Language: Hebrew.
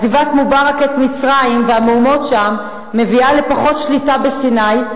עזיבת מובארק את מצרים והמהומות שם מביאות לפחות שליטה בסיני,